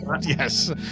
Yes